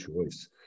choice